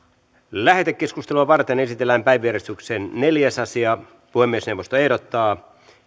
lähetekeskustelua varten esitellään päiväjärjestyksen neljäs asia puhemiesneuvosto ehdottaa